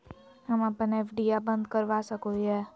हम अप्पन एफ.डी आ बंद करवा सको हियै